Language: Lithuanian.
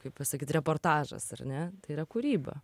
kaip pasakyt reportažas ar ne tai yra kūryba